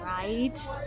right